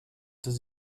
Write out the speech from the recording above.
does